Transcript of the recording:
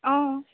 অ